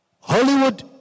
Hollywood